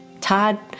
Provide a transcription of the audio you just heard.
Todd